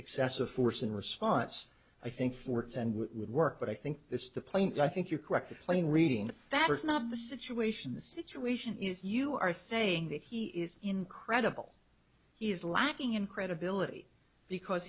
excessive force in response i think fourth and would work but i think it's the plane i think you're correct the plane reading that is not the situation the situation is you are saying that he is incredible he is lacking in credibility because